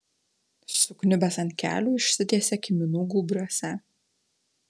sukniubęs ant kelių išsitiesė kiminų gūbriuose